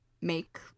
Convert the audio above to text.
make